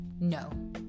no